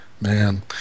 man